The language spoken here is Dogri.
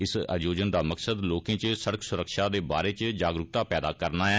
इस आयोजन दा मकसद लोकें च सड़क सुरक्षा दे बारै च जागरूकता पैदा करना ऐ